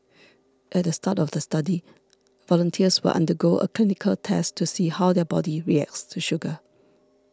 at the start of the study volunteers will undergo a clinical test to see how their body reacts to sugar